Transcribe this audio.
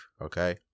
Okay